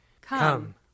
Come